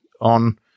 on